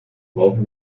brauchen